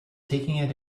taking